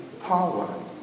power